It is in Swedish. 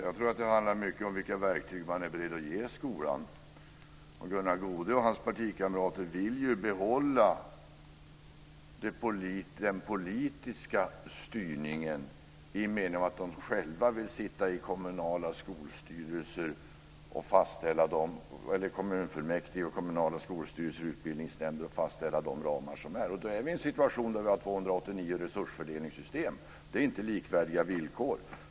Fru talman! Jag tror att det mycket handlar om vilka verktyg som man är beredd att ge skolan. Gunnar Goude och hans partikamrater vill ju behålla den politiska styrningen, i den meningen att de själva vill sitta med i kommunfullmäktige och i kommunala skolstyrelser och utbildningsnämnder och fastställa ramarna. Då är vi i en situation med 289 resursfördelningssystem. Det är inte likvärdiga villkor!